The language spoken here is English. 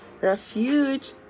refuge